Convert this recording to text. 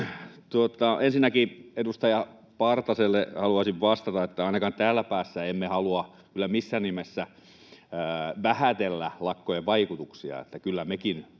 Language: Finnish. Ensinnäkin edustaja Partaselle haluaisin vastata, että ainakaan täällä päässä emme halua kyllä missään nimessä vähätellä lakkojen vaikutuksia.